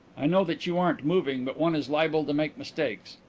i know that you aren't moving but one is liable to make mistakes.